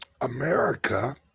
America